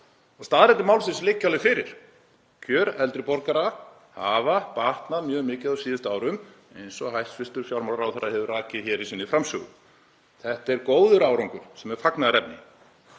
Staðreyndir málsins liggja alveg fyrir. Kjör eldri borgara hafa batnað mjög mikið á síðustu árum, eins og hæstv. fjármálaráðherra hefur rakið hér í sinni framsögu. Þetta er góður árangur, sem er fagnaðarefni.